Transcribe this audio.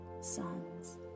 sons